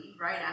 right